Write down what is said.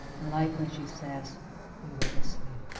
and like when she says we were asleep.